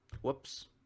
Whoops